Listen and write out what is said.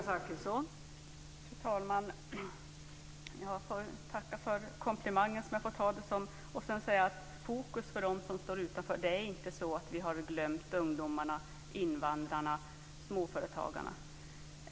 Fru talman! Jag får tacka för komplimangen. När det gäller fokus för dem som står utanför vill jag säga att vi inte har glömt ungdomar, invandrare och småföretagare.